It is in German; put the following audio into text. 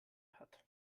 hat